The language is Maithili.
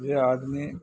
जे आदमी